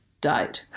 died